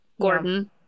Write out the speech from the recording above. Gordon